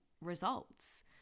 results